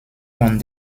von